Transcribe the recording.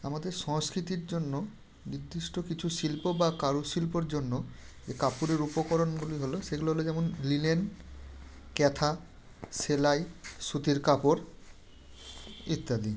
আমাদের সংস্কৃতির জন্য নির্দিষ্ট কিছু শিল্প বা কারুশিল্পর জন্য এ কাপড়ের উপকরণগুলি হলো সেগুলো হলো যেমন লিনেন কাঁথা সেলাই সুতির কাপড় ইত্যাদি